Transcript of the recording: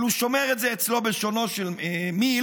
הוא שומר את זה אצלו, ובלשונו של מיל,